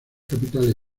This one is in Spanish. capitales